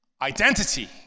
Identity